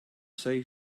say